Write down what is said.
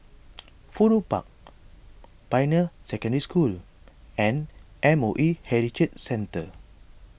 Fudu Park Pioneer Secondary School and M O E Heritage Centre